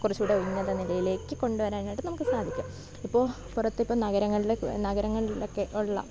കുറച്ചു കൂടെ ഉന്നത നിലയിലേക്ക് കൊണ്ട് വരാനായിട്ട് നമുക്ക് സാധിക്കും ഇപ്പോൾ പുറത്ത് ഇപ്പോൾ നഗരങ്ങളിലെ നഗരങ്ങളിലൊക്കെ ഉള്ള